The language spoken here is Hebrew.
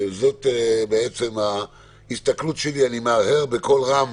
זאת בעצם ההסתכלות שלי, אני מהרהר בקול רם